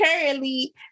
currently